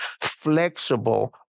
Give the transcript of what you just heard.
Flexible